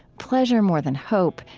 pleasure more than hope,